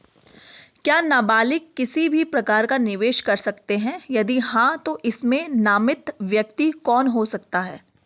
क्या नबालिग किसी भी प्रकार का निवेश कर सकते हैं यदि हाँ तो इसमें नामित व्यक्ति कौन हो सकता हैं?